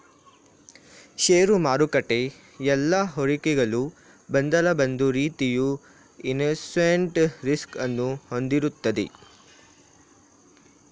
ಷೇರು ಮಾರುಕಟ್ಟೆ ಎಲ್ಲಾ ಹೂಡಿಕೆಗಳು ಒಂದಲ್ಲ ಒಂದು ರೀತಿಯ ಇನ್ವೆಸ್ಟ್ಮೆಂಟ್ ರಿಸ್ಕ್ ಅನ್ನು ಹೊಂದಿರುತ್ತದೆ